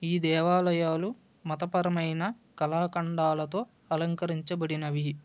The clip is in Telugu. ఈ దేవాలయాలు మతపరమైన కళాఖండాలతో అలంకరించబడినవి